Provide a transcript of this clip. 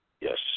Yes